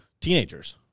teenagers